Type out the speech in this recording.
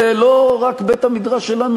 זה לא רק בית-המדרש שלנו.